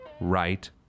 right